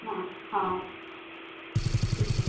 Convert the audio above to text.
हाँ हाँ ठीक है